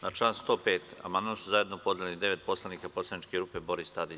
Na član 105. amandman su zajedno podneli devet poslanika poslaničke grupe Boris Tadić.